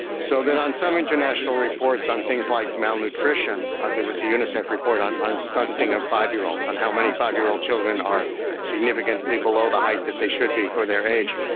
so that on some international reports on things like malnutrition, there was a unicef report on on stunting of five-year-olds, on how many five-year-old children are significantly below the height that they should be for their age,